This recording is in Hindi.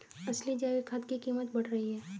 असली जैविक खाद की कीमत बढ़ रही है